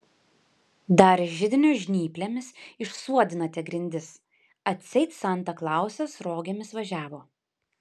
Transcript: dar židinio žnyplėmis išsuodinate grindis atseit santa klausas rogėmis važiavo